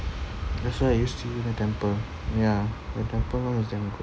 that's why I used to go to the temple the temple [one] was damn good